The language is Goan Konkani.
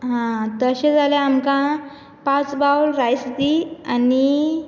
हा तशें जाल्यार आमकां पांच बावल रायस दी आनी